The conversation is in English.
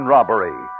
Robbery